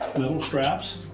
metal straps.